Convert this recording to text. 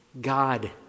God